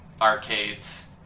arcades